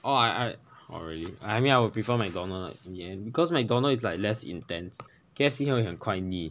oh I I already I mean I will prefer mcdonald in the end because mcdonald's is like less intense K_F_C 它会很快腻